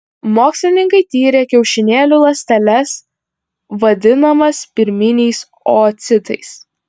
mokslininkai tyrė kiaušinėlių ląsteles vadinamas pirminiais oocitais